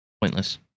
pointless